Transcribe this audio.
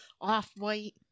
off-white